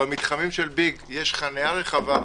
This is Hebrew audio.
במתחמים של ביג יש חניה רחבה.